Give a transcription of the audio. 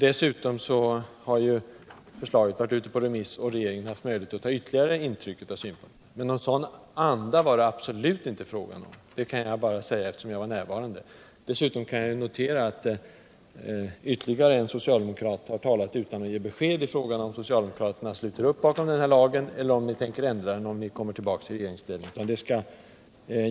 Dessutom har förslaget varit ute på remiss, och regeringen har haft möjlighet att ta intryck av ytterligare synpunkter. En sädan anda som den fru Sigurdsen har talat om var det absolut inte fråga om. Det kan jag säga eftersom jag var närvarande. Vidare kan jag notera, att ytterligare en socialdemokrat har talat utan att ge besked om huruvida socialdemokraterna sluter upp bakom denna lag, eller om socialdemokraterna tänker ändra den, för den händelse socialdemokraterna kommer tillbaka i regeringsställning.